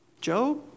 Job